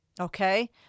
Okay